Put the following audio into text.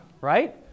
Right